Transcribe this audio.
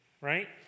right